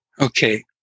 Okay